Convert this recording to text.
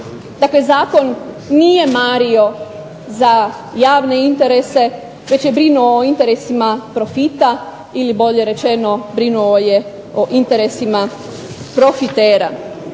Dakle zakon nije mario za javne interese, već je brinuo o interesima profita ili bolje rečeno brinuo je o interesima profitera.